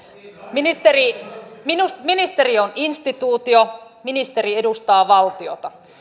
ministeri on instituutio ministeri edustaa valtiota